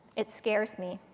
it scares me.